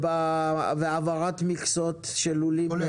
הזה --- והעברת מכסות של לולים?